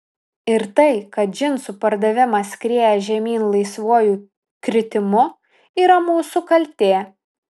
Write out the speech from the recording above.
ir tai kad džinsų pardavimas skrieja žemyn laisvuoju kritimu yra mūsų kaltė